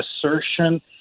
assertion